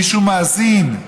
מישהו מאזין.